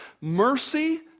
mercy